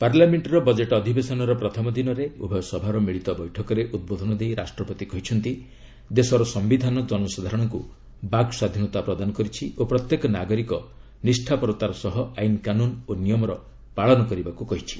ପାର୍ଲାମେଣ୍ଟରେ ବଜେଟ୍ ଅଧିବେସନର ପ୍ରଥମ ଦିନରେ ଉଭୟ ସଭାର ମିଳିତ ବୈଠକରେ ଉଦ୍ବୋଧନ ଦେଇ ରାଷ୍ଟ୍ରପତି କହିଛନ୍ତି ଦେଶର ସମ୍ବିଧାନ ଜନସାଧାରଣଙ୍କୁ ବାକ୍ ସ୍ୱାଧୀନତା ପ୍ରଦାନ କରିଛି ଓ ପ୍ରତ୍ୟେକ ନାଗରିକ ନିଷ୍ଠାପରତାର ସହ ଆଇନ୍ କାନୁନ୍ ଓ ନିୟମର ପାଳନ କରିବାକୁ କହିଛି